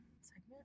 Segment